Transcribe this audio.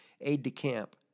aide-de-camp